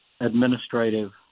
administrative